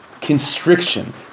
constriction